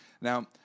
Now